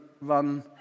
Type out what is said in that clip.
run